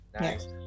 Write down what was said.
Nice